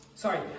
Sorry